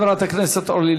אורן,